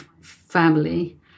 family